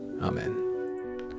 Amen